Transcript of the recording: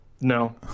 no